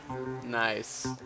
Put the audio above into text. Nice